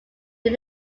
did